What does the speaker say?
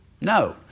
No